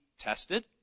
tested